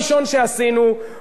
יושבים פה גם עובדים של ערוץ-10,